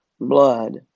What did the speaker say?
blood